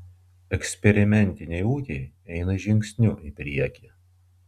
eksperimentiniai ūkiai eina žingsniu į priekį